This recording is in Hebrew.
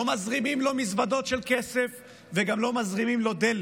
לא מזרימים לו מזוודות של כסף וגם לא מזרימים לו דלק.